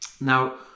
Now